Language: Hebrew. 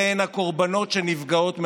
הקורבנות הן שנפגעות מהאונס,